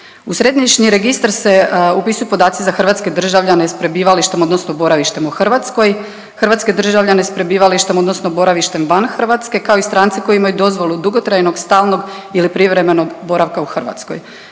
U središnji registar se upisuju podaci za hrvatske državljane s prebivalištem odnosno boravištem u Hrvatskoj, hrvatske državljane s prebivalištem odnosno boravištem van Hrvatske kao i strance koji imaju dozvolu dugotrajnog stalnog ili privremenog boravka u Hrvatskoj.